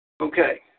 Okay